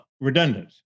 redundant